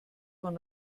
von